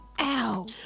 Ow